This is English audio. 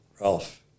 Ralph